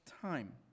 time